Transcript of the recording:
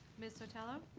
ms. sotelo?